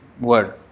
word